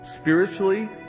spiritually